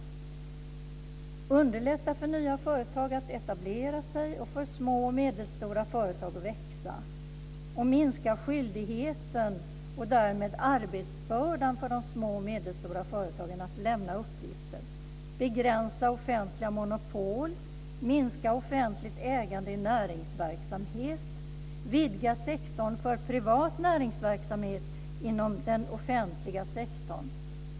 Det handlar om att underlätta för nya företag att etablera sig och för små och medelstora företag att växa, om att minska skyldigheten och därmed arbetsbördan för små och medelstora företag när det gäller att lämna uppgifter, om att begränsa offentliga monopol, om att minska offentligt ägande i näringsverksamhet samt om att vidga sektorn för privat näringsverksamhet inom den offentliga sektorn.